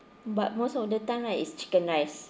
but most of the time right is chicken rice